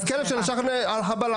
אז כלב שנשך וגרם לחבלה,